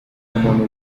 umuntu